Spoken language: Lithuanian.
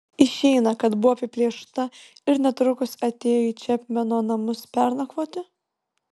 išeina kad buvo apiplėšta ir netrukus atėjo į čepmeno namus pernakvoti